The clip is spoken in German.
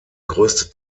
größte